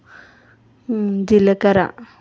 జీలకర్ర